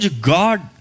God